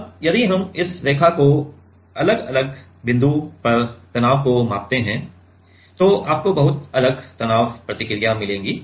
अब यदि हम इस रेखा पर अलग अलग बिंदु पर तनाव को मापते हैं तो आपको बहुत अलग तनाव प्रतिक्रिया मिलेगी